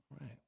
right